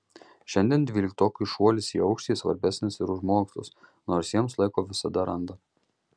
šiandien dvyliktokui šuolis į aukštį svarbesnis ir už mokslus nors jiems laiko visada randa